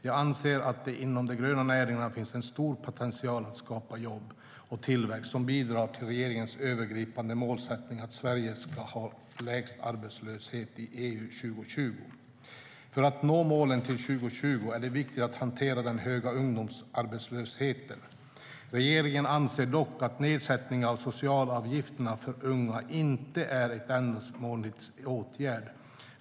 Jag anser att det inom de gröna näringarna finns en stor potential att skapa jobb och tillväxt som bidrar till regeringens övergripande målsättning att Sverige ska ha lägst arbetslöshet i EU år 2020.För att nå målet till 2020 är det viktigt att hantera den höga ungdomsarbetslösheten. Regeringen anser dock att nedsättningen av socialavgifterna för unga inte är en ändamålsenlig åtgärd.